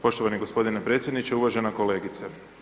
Poštovani gospodine predsjedniče, uvažena kolegice.